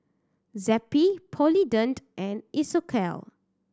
Zappy Polident and Isocal